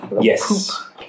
Yes